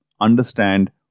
understand